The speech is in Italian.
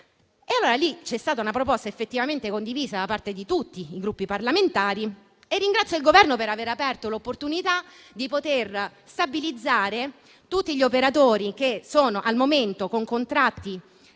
attuarlo. C'è stata dunque una proposta effettivamente condivisa da parte di tutti i Gruppi parlamentari e ringrazio il Governo per aver aperto all'opportunità di stabilizzare tutti gli operatori, che hanno al momento contratti precari